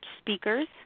speakers